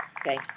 okay